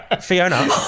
Fiona